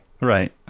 right